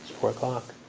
four o'clock?